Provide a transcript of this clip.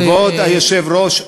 כבוד היושב-ראש,